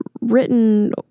written